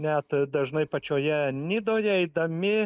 net dažnai pačioje nidoje eidami